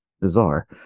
bizarre